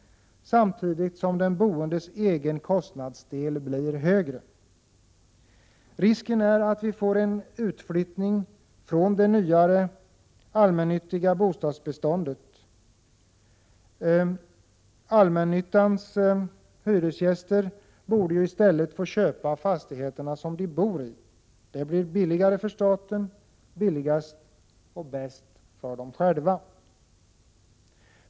1987/88:46 som den boendes egen kostnadsdel blir högre. Risken är att vi får en 16 december 1987 utflyttning från det nyare allmännyttiga bostadsbeståndet. Allmännyttans = Da or: omm hyresgäster borde i stället få köpa fastigheten de bor i. Det blir billigare för staten — billigast och bäst för hyresgästerna själva.